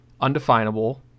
undefinable